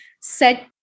set